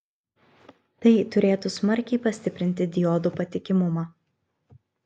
tai turėtų smarkiai pastiprinti diodų patikimumą